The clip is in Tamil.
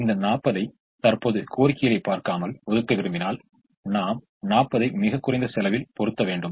எனவே நாம் 1 ஐ ஒதுக்கப்படாத நிலையில் பொருத்தினால் தற்போதுள்ள ஒதுக்கீடுகளிலிருந்து நாம் அதை சரிசெய்ய வேண்டும்